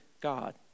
God